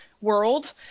world